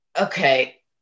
Okay